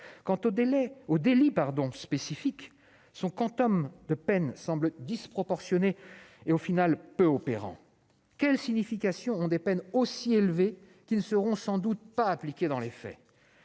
Quant au délit spécifique, son quantum de peine semble disproportionné et en définitive peu opérant. Quelle est la signification de peines si élevées, qui ne seront sans doute pas appliquées dans les faits ?